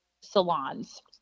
salons